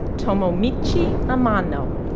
tomomichi amano.